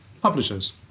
publishers